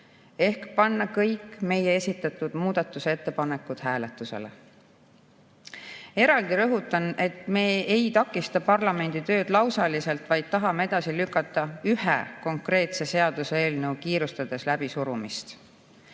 ehk panna kõik meie esitatud muudatusettepanekud hääletusele. Eraldi rõhutan, et me ei takista parlamendi tööd lausaliselt, vaid tahame edasi lükata ühe konkreetse seaduseelnõu kiirustades läbisurumist.